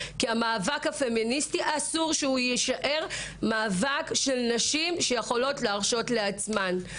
כי אסור שהמאבק הפמיניסטי יישאר מאבק של נשים שיכולות להרשות לעצמן.